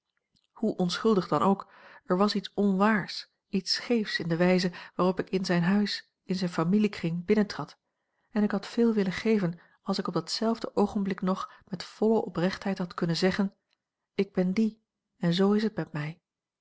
hoe onschuldig dan ook er was iets onwaars iets scheefs in de wijze waarop ik in zijn huis in zijn familiekring binnentrad en ik had veel willen geven als ik op datzelfde oogenblik nog met volle oprechtheid had kunnen zeggen ik ben die en zoo is het met mij